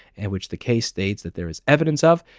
and which the case states that there is evidence of,